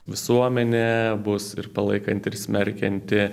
visuomenė bus ir palaikanti ir smerkianti